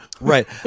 right